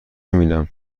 نمیبینم